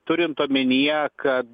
turint omenyje kad